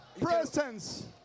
presence